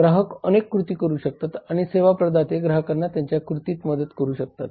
ग्राहक अनेक कृती करू शकतात आणि सेवा प्रदाते ग्राहकांना त्यांच्या कृतीत मदत करू शकतात